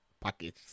package